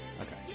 Okay